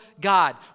God